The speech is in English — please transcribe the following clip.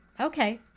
Okay